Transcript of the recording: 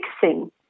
fixing